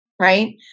Right